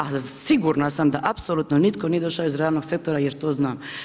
A siguran sam da apsolutno nitko nije došao iz realnog sektora jer to znam.